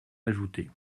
ajouter